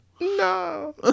No